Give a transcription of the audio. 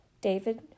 David